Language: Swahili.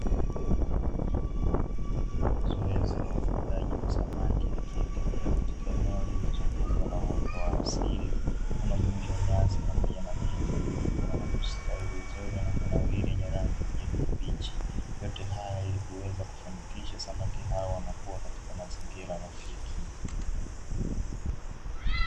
Zoezi la ufugaji wa samaki likiendelea katika eneo lililo zungukwa na uoto wa asili kama nyasi pamoja na miti iliyokua na kustawi vizuri na kunawiri yenye rangi ya kijani kibichi, yote haya ili kuweza kufanikisha samaki hawa wanakua katika mazingira rafiki.